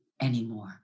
anymore